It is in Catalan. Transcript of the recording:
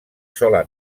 sola